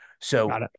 So-